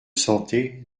santé